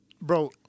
Bro